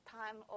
time